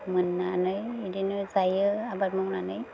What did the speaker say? मोन्नानै बिदिनो जायो आबाद मावनानै